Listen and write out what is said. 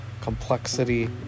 complexity